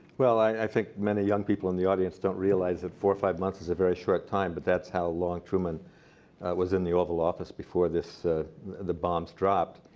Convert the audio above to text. well, i think many young people in the audience don't realize that four or five months is a very short time, but that's how long truman was in the oval office before the bombs dropped.